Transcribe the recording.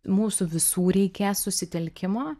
mūsų visų reikės susitelkimo